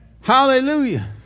Hallelujah